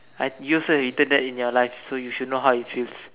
I you also would have eaten that in your life so you should know how it feels